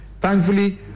Thankfully